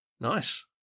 Nice